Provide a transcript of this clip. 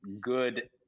good